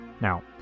Now